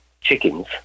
chickens